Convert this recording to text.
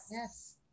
Yes